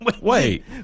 Wait